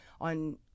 on